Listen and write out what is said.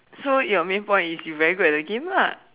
so your main point is you very good at the game lah